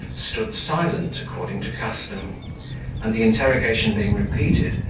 stood silent according to custom and the interrogation being repeated,